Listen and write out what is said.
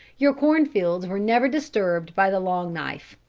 your corn fields were never disturbed by the long knife.